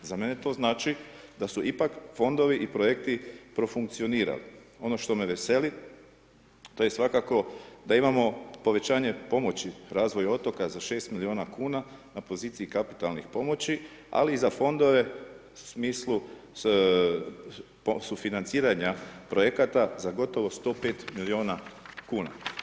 Za mene to znači da su ipak fondovi i projekti profunkcionirali, ono što me veseli to je svakako da imamo povećanje pomoći razvoju otoka za 6 miliona kuna na poziciji kapitalnih pomoći ali i za fondove u smislu sufinanciranja projekata za gotovo 105 miliona kuna.